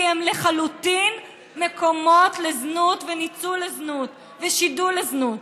כי הם לחלוטין מקומות לזנות ושידול לזנות,